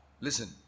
Listen